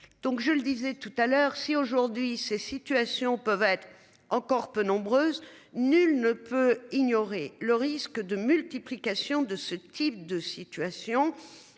Donc je le disais tout à l'heure si aujourd'hui ces situations peuvent être encore peu nombreuses. Nul ne peut ignorer le risque de multiplication de ce type de situation.